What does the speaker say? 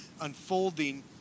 unfolding